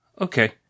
Okay